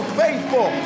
faithful